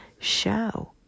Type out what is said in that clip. show